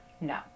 no